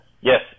yes